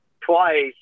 twice